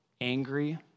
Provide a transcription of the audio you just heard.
angry